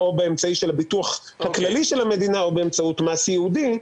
הביטוח הכללי של המדינה או באמצעות מס ייעודי,